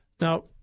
Now